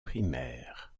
primaire